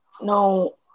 No